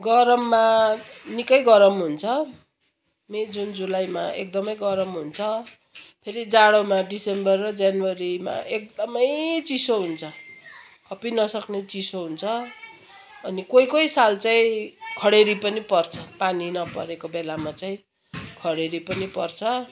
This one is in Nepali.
गरममा निकै गरम हुन्छ मे जुन जुलाईमा एकदमै गरम हुन्छ फेरि जाडोमा डिसम्बर र जनवरीमा एकदमै चिसो हुन्छ खपिनसक्ने चिसो हुन्छ अनि कोही कोही साल चाहिँ खडेरी पनि पर्छ पानी नपरेको बेलामा चाहिँ खडेरी पनि पर्छ